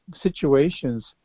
situations